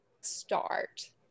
start